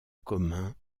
commun